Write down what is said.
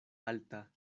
alta